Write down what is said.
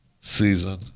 season